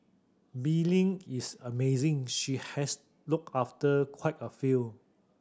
Bee Ling is amazing she has look after quite a few